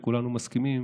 כולנו מסכימים